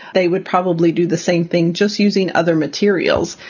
they would probably do the same thing just using other materials.